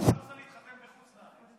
שאתה שולח אותם להתחתן בחוץ לארץ.